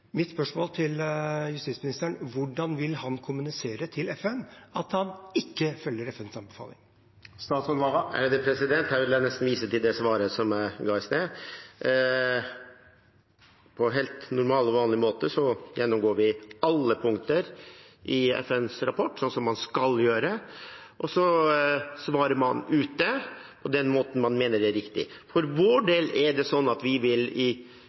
Mitt spørsmål til justisministeren er: Hvordan vil han kommunisere til FN at han ikke følger FNs anbefaling? Her vil jeg vise til det svaret som jeg ga i sted. På helt normal og vanlig måte gjennomgår vi alle punkter i FNs rapport, slik man skal gjøre, og så svarer man det ut på den måten man mener er riktig. For vår del er det sånn at vi